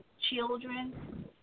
children